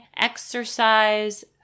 exercise